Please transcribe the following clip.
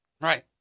Right